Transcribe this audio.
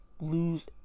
lose